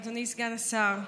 אדוני סגן השר,